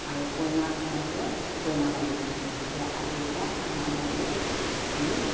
আৰু কইনাৰ ভায়েকে কইনা দান দিয়ে যে আজিৰ পৰা আমাৰ বাইদেউক আমি